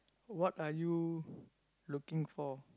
what are you looking for